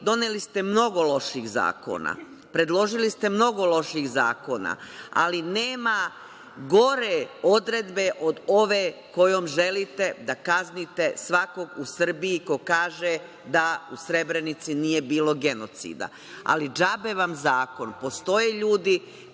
narod. Doneli ste mnogo loših zakona. Predložili ste mnogo loših zakona, ali nema gore odredbe od ove kojom želite da kaznite svakog u Srbiji ko kaže da u Srebrenici nije bilo genocida, ali džabe vam zakon. Postoje ljudi